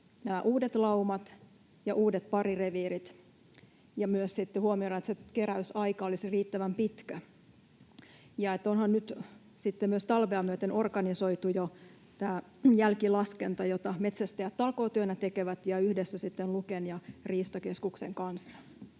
uudet laumat ja uudet parireviirit, ja myös sitten huomioidaan, että se keräysaika olisi riittävän pitkä? Onhan nyt sitten jo myös talvea myöten organisoitu tämä jälkilaskenta, jota metsästäjät tekevät talkootyönä yhdessä Luken ja Riistakeskuksen kanssa?